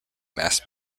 mass